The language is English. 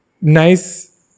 nice